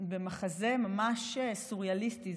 במחזה ממש סוריאליסטי.